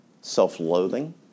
self-loathing